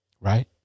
Right